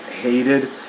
hated